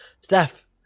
steph